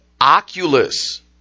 Oculus